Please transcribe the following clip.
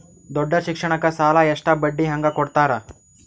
ದೊಡ್ಡ ಶಿಕ್ಷಣಕ್ಕ ಸಾಲ ಎಷ್ಟ ಬಡ್ಡಿ ಹಂಗ ಕೊಡ್ತಾರ?